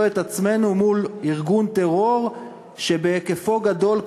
את עצמנו מול ארגון טרור בהיקף גדול,